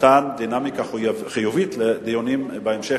נתנה דינמיקה חיובית לדיונים שהיו בהמשך,